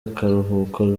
akaruhuko